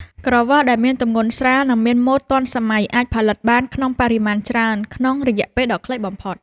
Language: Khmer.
ក្រវិលដែលមានទម្ងន់ស្រាល និង មានម៉ូដទាន់សម័យអាចផលិតបានក្នុងបរិមាណច្រើនក្នុងរយៈពេលដ៏ខ្លីបំផុត។